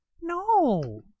No